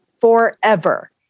forever